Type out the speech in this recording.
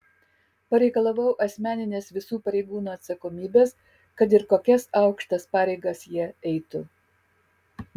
pareikalavau asmeninės visų pareigūnų atsakomybės kad ir kokias aukštas pareigas jie eitų